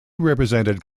represented